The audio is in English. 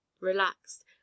relaxed